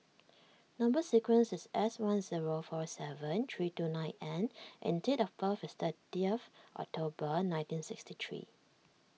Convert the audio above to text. Number Sequence is S one zero four seven three two nine N and date of birth is thirtieth October nineteen sixty three